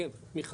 כן, כן, מחרוד,